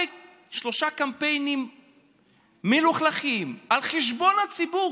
שלושה קמפיינים מלוכלכים על חשבון הציבור.